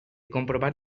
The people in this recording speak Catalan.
comprovar